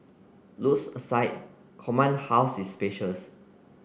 looks aside Command House is spacious